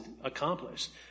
accomplished